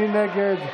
מי נגד?